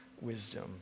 wisdom